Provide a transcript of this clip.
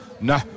no